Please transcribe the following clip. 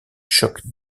choc